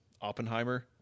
Oppenheimer